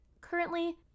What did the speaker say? currently